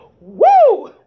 Woo